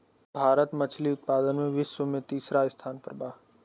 भारत मछली उतपादन में विश्व में तिसरा स्थान पर बा